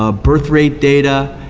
ah birth rate data,